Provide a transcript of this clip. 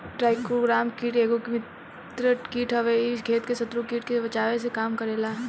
trichogramma कीट एगो मित्र कीट हवे इ खेत के शत्रु कीट से बचावे के काम करेला